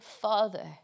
Father